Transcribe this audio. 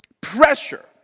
pressure